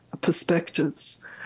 perspectives